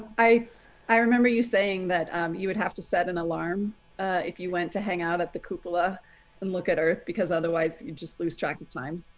i i remember you saying that you would have to set an alarm if you went to hang out at the cupola and look at earth, because otherwise you'd just lose track of time.